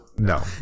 No